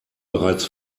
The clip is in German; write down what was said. bereits